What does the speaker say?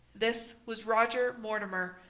this was roger mortimer,